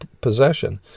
possession